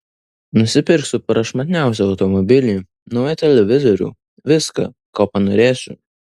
nusipirksiu prašmatniausią automobilį naują televizorių viską ko panorėsiu